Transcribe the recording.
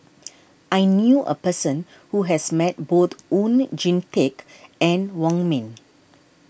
I knew a person who has met both Oon Jin Teik and Wong Ming